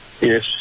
Yes